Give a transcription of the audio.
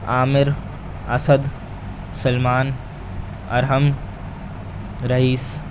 Amir Asad Salman Arham Raees